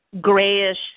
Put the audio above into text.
grayish